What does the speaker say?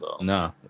No